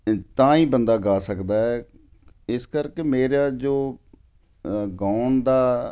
ਤਾਂ ਹੀ ਬੰਦਾ ਗਾ ਸਕਦਾ ਹੈ ਇਸ ਕਰਕੇ ਮੇਰਾ ਜੋ ਗਾਉਣ ਦਾ